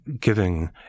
giving